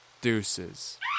deuces